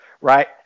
right